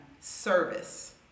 service